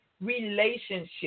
relationship